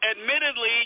admittedly